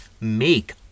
make